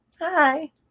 Hi